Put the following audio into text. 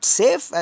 safe